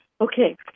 Okay